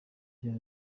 rya